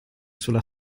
sulla